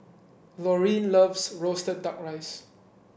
Laureen loves roasted duck rice